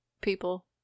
people